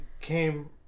came